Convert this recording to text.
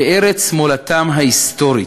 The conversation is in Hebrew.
כארץ מולדתם ההיסטורית,